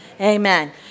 Amen